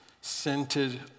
scented